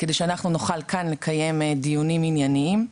כדי שאנחנו נוכל כאן לקיים דיונים עניינים,